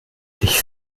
sich